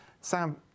Sam